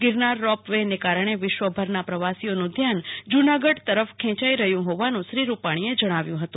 Girnar ropeway ને કારણે વિશ્વભરના પ્રવાસીઓનું ધ્યાન જૂનાગઢ તરફ ખેંચાય રહ્યું હોવાનું શ્રી રૂપાણીએ જણાવ્યુ હતું